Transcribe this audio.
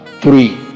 three